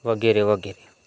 વગેરે વગેરે